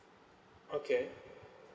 okay